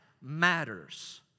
matters